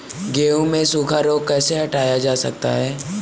गेहूँ से सूखा रोग कैसे हटाया जा सकता है?